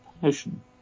passion